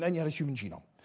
and you had a human genome.